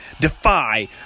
Defy